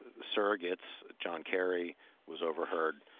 surrogates, john kerry was overheard